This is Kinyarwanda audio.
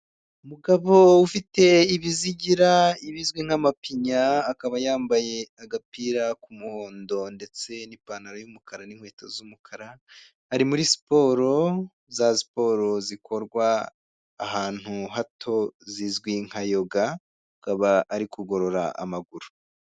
Umugabo ufite ibizigira ibizwi nk'amapinya, akaba yambaye agapira k'umuhondo ndetse n'ipantaro y'umukara n'inkweto z'umukara, ari muri siporo, za siporo zikorwa ahantu hato zizwi nka Yoga akaba ari kugorora amaguru.